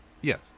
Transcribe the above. Yes